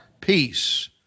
peace